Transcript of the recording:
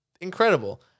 Incredible